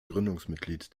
gründungsmitglied